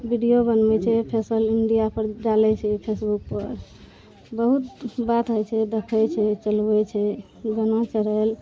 video बनबै छै social media पर डालै छै फेसबुक पर बहुत बात होइ छै देखै छै चलबै छै गाना चढ़ल